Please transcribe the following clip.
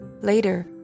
Later